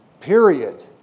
period